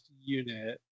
unit